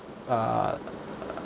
uh